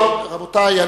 רבותי,